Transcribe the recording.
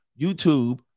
YouTube